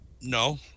no